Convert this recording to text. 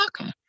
Okay